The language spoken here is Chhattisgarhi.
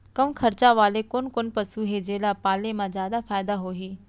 कम खरचा वाले कोन कोन पसु हे जेला पाले म जादा फायदा होही?